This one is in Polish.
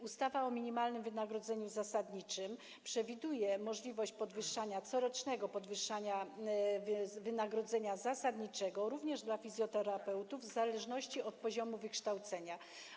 Ustawa o minimalnym wynagrodzeniu zasadniczym przewiduje możliwość corocznego podwyższania wynagrodzenia zasadniczego dla fizjoterapeutów w zależności od poziomu ich wykształcenia.